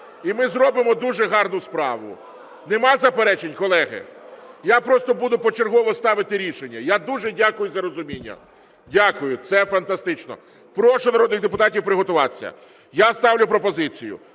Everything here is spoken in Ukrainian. і ми зробимо дуже гарну справу. Немає заперечень, колеги? Я просто буду почергово ставити рішення. Я дуже дякую за розуміння. Дякую. Це фантастично. Прошу народних депутатів приготуватися. Я ставлю пропозицію